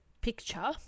picture